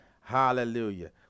Hallelujah